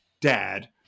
dad